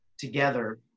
together